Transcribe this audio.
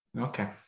Okay